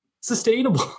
sustainable